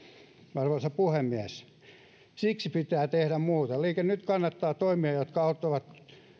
arvoisa puhemies siksi pitää tehdä muuta liike nyt kannattaa toimia jotka auttavat